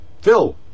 Phil